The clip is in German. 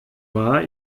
war